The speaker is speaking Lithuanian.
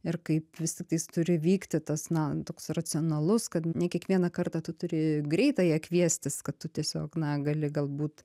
ir kaip vis tiktais turi vykti tas na toks racionalus kad ne kiekvieną kartą tu turi greitąją kviestis kad tu tiesiog na gali galbūt